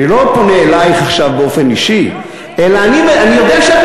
אני לא פונה אלייך עכשיו באופן אישי, אני יודע.